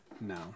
No